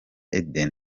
eden